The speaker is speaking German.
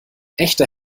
echte